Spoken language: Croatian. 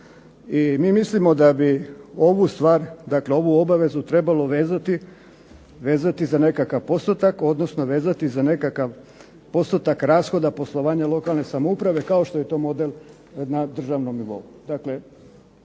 I mislimo da bi ovu obavezu trebalo vezati za nekakav postotak, odnosno vezati za nekakav postotak rashoda poslovanja lokalne samouprave kao što je to model na državnom nivou.